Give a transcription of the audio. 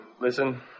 listen